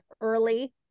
early